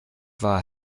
war